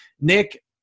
Nick